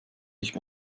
nicht